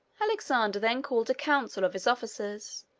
alexander then called a council of his officers,